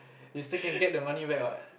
you still can get the money back what